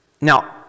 Now